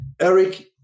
Eric